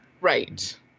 right